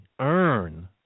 earn